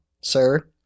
sir